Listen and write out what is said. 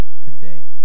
Today